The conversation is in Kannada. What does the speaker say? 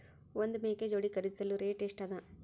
ಒಂದ್ ಮೇಕೆ ಜೋಡಿ ಖರಿದಿಸಲು ರೇಟ್ ಎಷ್ಟ ಅದ?